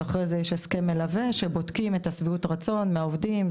אז יש הסכם מלווה שבו בודקים את שביעות הרצון מהעובדים,